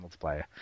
multiplayer